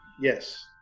Yes